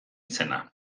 izena